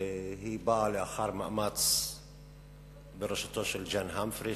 והיא באה לאחר מאמץ בראשותו של ג'ון המפרי,